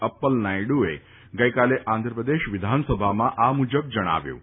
અપ્પલ નાયડુએ ગઈકાલે આંધ્રપ્રદેશ વિધાનસભામાં આ મુજબ જણાવ્યું હતું